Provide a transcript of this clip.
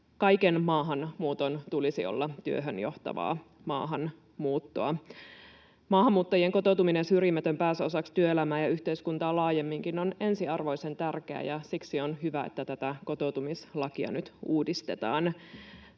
Kaiken maahanmuuton tulisi olla työhön johtavaa maahanmuuttoa. Maahanmuuttajien kotoutuminen ja syrjimätön pääsy osaksi työelämää ja yhteiskuntaa laajemminkin on ensiarvoisen tärkeää, ja siksi on hyvä, että tätä kotoutumislakia nyt uudistetaan.